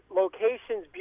locations